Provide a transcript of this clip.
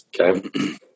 okay